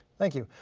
thank you.